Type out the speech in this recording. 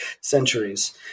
centuries